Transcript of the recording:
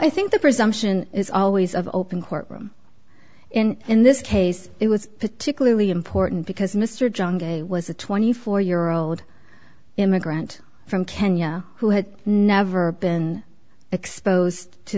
i think the presumption is always of open court room and in this case it was particularly important because mr john gay was a twenty four year old immigrant from kenya who had never been exposed to